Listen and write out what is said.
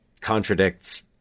contradicts